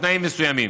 תנאים מסוימים.